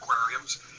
aquariums